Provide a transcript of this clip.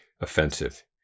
offensive